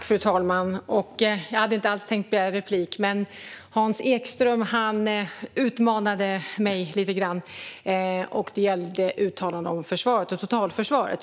Fru talman! Jag hade inte alls tänkt begära replik, men Hans Ekström utmanade mig lite grann i uttalandet om försvaret och totalförsvaret.